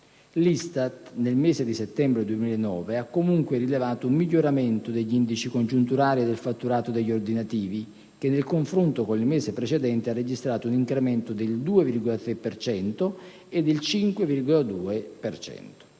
L'ISTAT, nel mese di settembre 2009, ha comunque rilevato un miglioramento degli indici congiunturali e del fatturato degli ordinativi, che nel confronto con il mese precedente hanno registrato, rispettivamente, incrementi del 2,3 e del 5,2